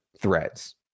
threads